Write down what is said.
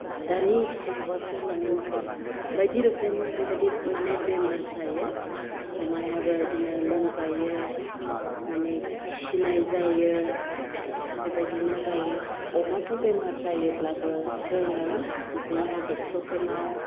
दानि माबाखौ लानानै बायदि रोखोम बेबायदि माने बेमार जायो अमायाबो बेदिनो लोमजायो मानि खिनाय जायो बेबायदिनो जायो अमाफोर बेमार जायोब्लाबो जोङो बिदिनो ड'क्टरफोरनाव